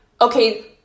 okay